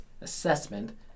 assessment